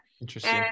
Interesting